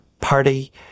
Party